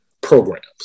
programs